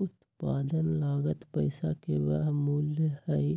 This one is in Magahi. उत्पादन लागत पैसा के वह मूल्य हई